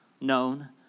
known